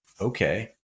Okay